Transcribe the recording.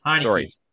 Sorry